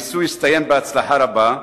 הניסוי הסתיים בהצלחה רבה.